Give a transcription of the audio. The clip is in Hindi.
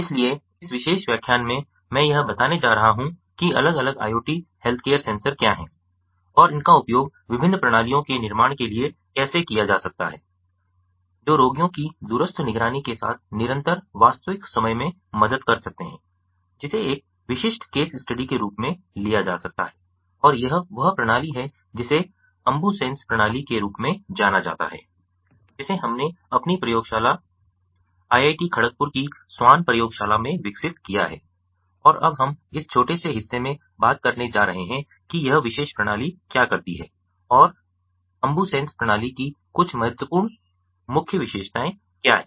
इसलिए इस विशेष व्याख्यान में मैं यह बताने जा रहा हूं कि अलग अलग IoT हेल्थकेयर सेंसर क्या हैं और इनका उपयोग विभिन्न प्रणालियों के निर्माण के लिए कैसे किया जा सकता है जो रोगियों की दूरस्थ निगरानी के साथ निरंतर वास्तविक समय में मदद कर सकते हैं जिसे एक विशिष्ट केस स्टडी के रूप में लिया जा सकता है और यह वह प्रणाली है जिसे अम्बुसेन्स प्रणाली के रूप में जाना जाता है जिसे हमने अपनी प्रयोगशाला आईआईटी खड़गपुर की स्वान प्रयोगशाला में विकसित किया है और अब हम इस छोटे से हिस्से में बात करने जा रहे हैं कि यह विशेष प्रणाली क्या करती है और अम्बुसेन्स प्रणाली की कुछ महत्वपूर्ण मुख्य विशेषताएं क्या हैं